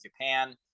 Japan